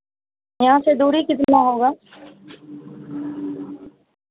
यहाँ से दूरी कितना होगा